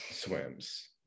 swims